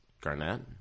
Garnett